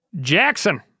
Jackson